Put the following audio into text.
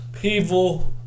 people